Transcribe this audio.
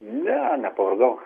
ne nepavargau